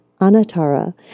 Anatara